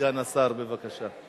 סגן השר, בבקשה.